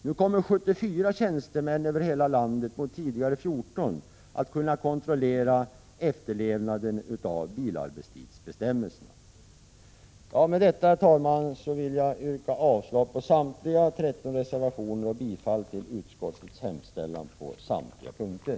Nu kommer 74 tjänstemän över hela landet, mot tidigare 14, att kunna kontrollera efterlevnaden av bilarbetstidsbestämmelserna. Med detta, herr talman, vill jag yrka avslag på samtliga 13 reservationer och bifall till utskottets hemställan på samtliga punkter.